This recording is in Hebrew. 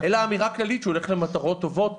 רק אמירה כללית שהוא הולך למטרות טובות.